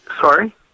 sorry